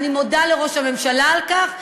אני מודה לראש הממשלה על כך,